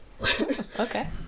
Okay